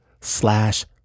slash